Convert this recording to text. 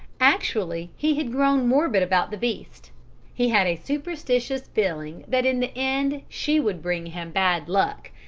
actually, he had grown morbid about the beast he had a superstitious feeling that in the end she would bring him bad luck.